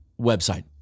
website